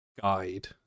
guide